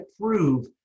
prove